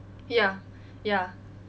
ya ya